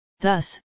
Thus